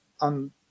on